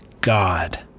God